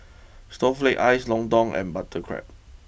Snowflake Ice Lontong and Butter Prawn